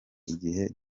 igihe